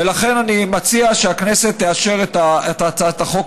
ולכן אני מציע שהכנסת תאשר את הצעת החוק